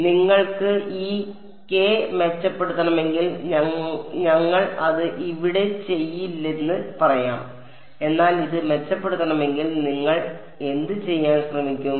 അതിനാൽ നിങ്ങൾക്ക് ഈ കെ മെച്ചപ്പെടുത്തണമെങ്കിൽ ഞങ്ങൾ അത് ഇവിടെ ചെയ്യില്ലെന്ന് പറയാം എന്നാൽ ഇത് മെച്ചപ്പെടുത്തണമെങ്കിൽ നിങ്ങൾ എന്ത് ചെയ്യാൻ ശ്രമിക്കും